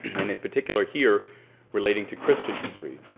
and in particular here relating to christian history